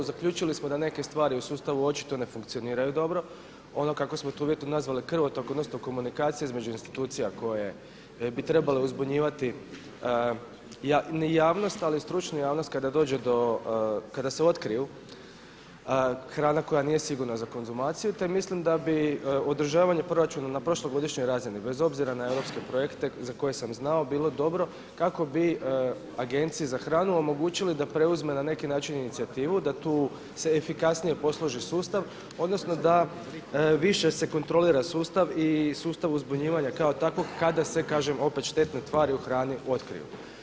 Zaključili smo da neke stvari u sustavu očito ne funkcioniraju dobro, ono kako smo to uvjetno nazvali krvotok odnosno komunikacija između institucija koje bi trebale uzbunjivati ne javnost, ali stručnu javnost kada dođe do, kada se otkrije hrana koja nije sigurna za konzumaciju te mislim da bi održavanje proračuna na prošlogodišnjoj razini bez obzira na europske projekte za koje sam znao bilo dobro kako bi Agenciji za hranu omogućili da preuzme na neki način inicijativu da tu se efikasnije posloži sustav odnosno da više se kontrolira sustav i sustav uzbunjivanja kao takvog kada se, kažem opet, štetne tvari u hrani otkriju.